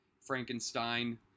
Frankenstein